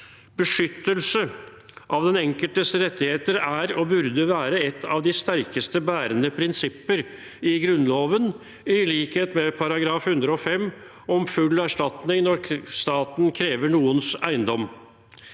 Beskyttelse av den enkeltes rettigheter er, og burde være, et av de sterkeste bærende prinsipper i Grunnloven, i likhet med § 105, om full erstatning når staten krever noens eiendom.